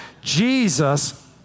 Jesus